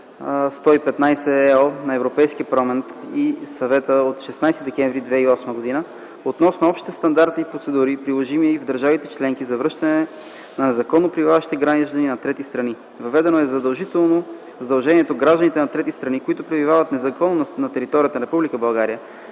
2008/115/ЕО на Европейския парламент и на Съвета от 16 декември 2008 г. относно общите стандарти и процедури, приложими в държавите членки, за връщане на незаконно пребиваващи граждани на трети страни. Въведено е задължението гражданите на трети страни, които пребивават незаконно на територията на